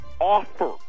offer